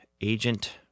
Agent